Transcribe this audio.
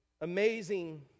amazing